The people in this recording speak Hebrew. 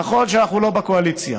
נכון שאנחנו לא בקואליציה,